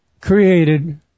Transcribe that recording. created